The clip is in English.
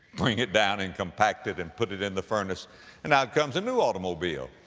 bring it down and compact it and put it in the furnace and out comes a new automobile.